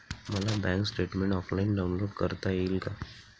मला bank statement offline download करता येईल का?